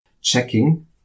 checking